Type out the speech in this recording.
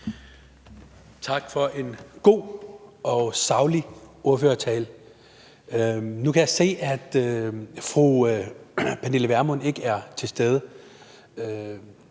Tak for en god og saglig ordførertale. Nu kan jeg se, at fru Pernille Vermund ikke er til stede;